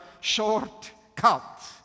shortcut